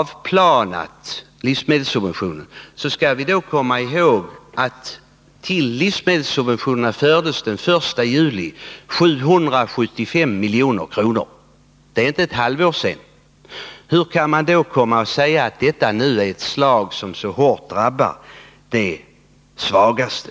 avplanats litet, skall man komma ihåg att livsmedelssubventionerna tillfördes 775 milj.kr. den 1 juli. Det är inte ett halvår sedan. Hur kan man då komma och säga att det här förslaget är ett slag som så hårt drabbar de svagaste?